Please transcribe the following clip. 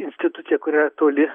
institucija kur yra toli